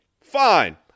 fine